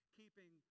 keeping